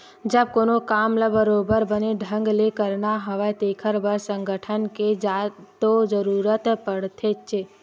जब कोनो काम ल बरोबर बने ढंग ले करना हवय तेखर बर संगठन के तो जरुरत पड़थेचे